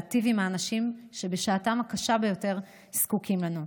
להיטיב עם האנשים שבשעתם הקשה ביותר זקוקים לנו.